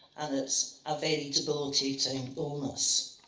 and it's a very debilitating illness.